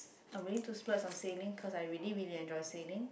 I willing to splurge on saving cause I really really enjoy saving